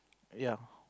ya